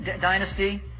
dynasty